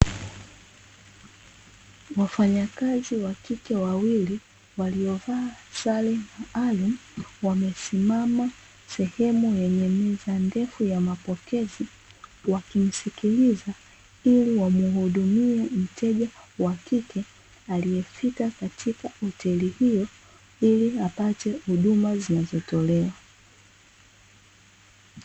Wafanyakazi wa kike wawili waliovaa sare maalumu, wamesimama sehemu yenye meza ndefu ya mapokezi, wakimsikiliza ili wamuhudumie mteja wa kike aliyefika katika hoteli hiyo ili apate huduma zinazotolewa.